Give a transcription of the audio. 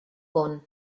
kong